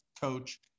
coach